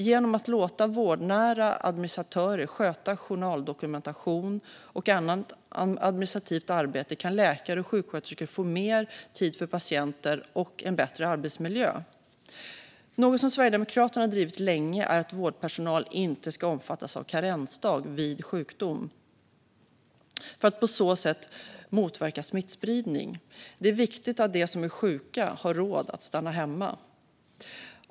Genom att låta vårdnära administratörer sköta journaldokumentation och annat administrativt arbete kan läkare och sjuksköterskor få mer tid för patienter och en bättre arbetsmiljö. Något som Sverigedemokraterna har drivit länge är att vårdpersonal inte ska omfattas av karensdag vid sjukdom för att man på så sätt ska motverka smittspridning. Det är viktigt att de som är sjuka har råd att stanna hemma.